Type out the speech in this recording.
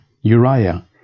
Uriah